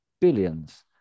billions